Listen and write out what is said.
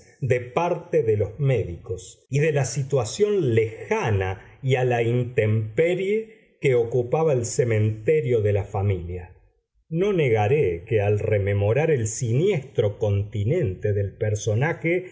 de parte de los médicos y de la situación lejana y a la intemperie que ocupaba el cementerio de la familia no negaré que al rememorar el siniestro continente del personaje